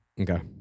okay